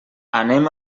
anem